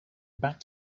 back